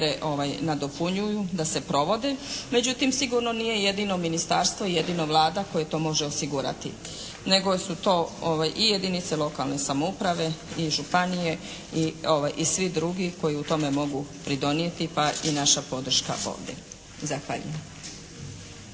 nadopunjuju, da se provode međutim sigurno nije jedino Ministarstvo, jedino Vlada koja to može osigurati. Nego su to i jedinice lokalne samouprave i županije i svi drugi koji u tome mogu pridonijeti pa i naša podrška ovdje. Zahvaljujem.